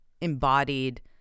embodied